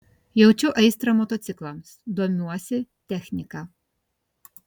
jaučiu aistrą motociklams domiuosi technika